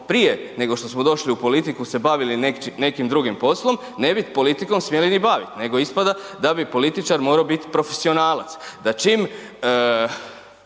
prije nego što došli u politiku se bavili nekim drugim poslom, ne bi politikom smjeli ni bavit nego ispada da bi političar morao bit profesionalac, da čim